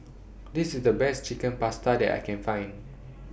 This IS The Best Chicken Pasta that I Can Find